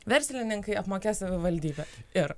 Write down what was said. verslininkai apmokės savivaldybė ir